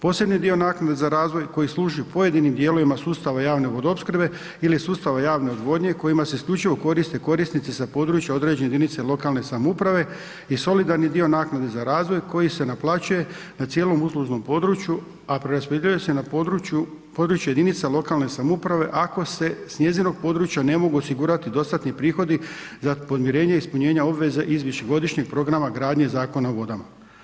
Posebni dio naknade za razvoj koji služi pojedinim dijelovima sustava javne vodoopskrbe ili sustava javne odvodnje kojima se isključivo koriste korisnici sa područja određene jedinice lokalne samouprave i solidarni dio naknade za razvoj koji se naplaćuje na cijelom uslužnom području, a preraspodjeljuje se na područje jedinica lokalne samouprave ako se s njezinog područja ne mogu osigurati dostatni prihodi za podmirenje ispunjenja obveze iz višegodišnjeg programa gradnje Zakona o vodama.